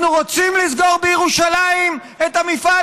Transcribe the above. אנחנו רוצים לסגור בירושלים את המפעל,